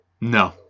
No